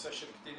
בנושא של קטינים.